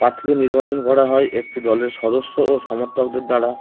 প্রার্থীকে নির্বাচন করা হয় একটি দলের সদস্য ও সমর্থকদের দ্বারা